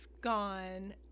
gone